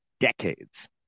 decades